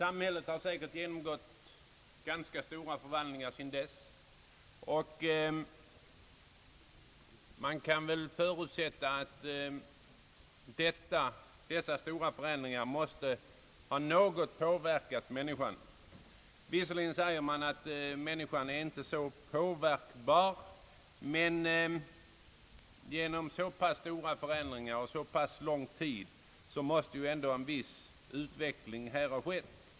Emellertid har samhället genomgått ganska stora förvandlingar sedan dess, och man kan väl förutsätta att dessa måste ha något påverkat människan. Visserligen sägs det att människan inte är så påverkbar, men genom så pass stora förändringar under så pass lång tid måste ändå en viss utveckling ha skett.